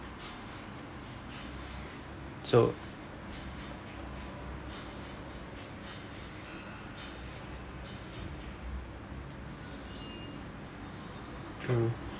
so mm